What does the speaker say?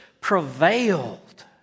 prevailed